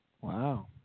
Wow